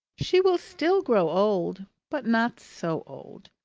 she will still grow old. but not so old.